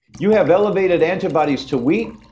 you have elevated antibodies to wheat.